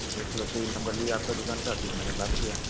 दोस्त लोग से ही नम्बर लिया आपकी दुकान का फ़िर मैंने बात किया